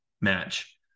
match